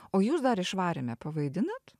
o jūs dar išvaryme pavaidinat